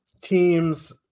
teams